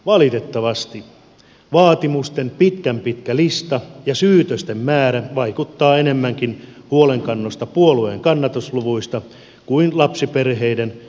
valitettavasti vaatimusten pitkän pitkä lista ja syytösten määrä vaikuttaa enemmänkin olevan huolenkantoa puolueen kannatusluvuista kuin lapsiperheiden todellisesta tulevaisuudesta